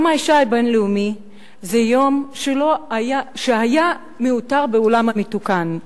יום האשה הבין-לאומי זה יום שהיה מיותר בעולם מתוקן.